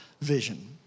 vision